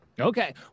Okay